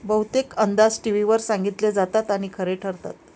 बहुतेक अंदाज टीव्हीवर सांगितले जातात आणि खरे ठरतात